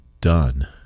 done